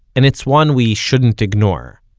and it's one we shouldn't ignore.